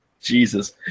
Jesus